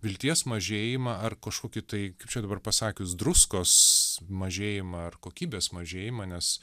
vilties mažėjimą ar kažkokį tai kaip čia dabar pasakius druskos mažėjimą ar kokybės mažėjimą nes